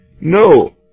No